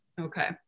Okay